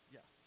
Yes